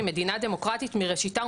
היא מדינה דמוקרטית מראשיתה,